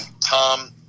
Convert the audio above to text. Tom